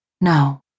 No